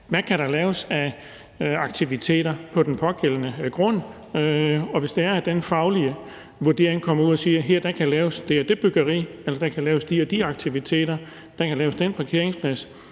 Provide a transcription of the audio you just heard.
Hvad kan der laves af aktiviteter på den pågældende grund? Og hvis det er, at den faglige vurdering kommer ud og siger, at der her kan laves det og det byggeri eller de og de aktiviteter – der kan laves en parkeringsplads